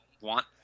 want